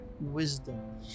wisdom